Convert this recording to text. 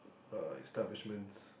uh establishments